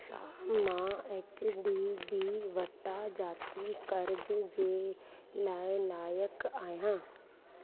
छा मां H D B वटां ज़ाती कर्ज़ जे लाइ लाइक़ु आहियां